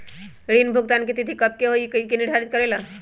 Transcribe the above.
ऋण भुगतान की तिथि कव के होई इ के निर्धारित करेला?